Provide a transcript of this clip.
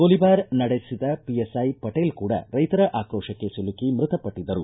ಗೋಲಿಬಾರ್ ನಡೆಸಿದ ಪಿಎಸ್ಐ ಪಟೇಲ್ ಕೂಡ ರೈತರ ಆಕ್ರೋಶಕ್ಕೆ ಸಿಲುಕಿ ಮೃತಪಟ್ಟದ್ದರು